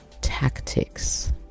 tactics